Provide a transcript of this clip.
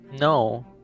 No